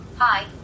Hi